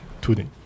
today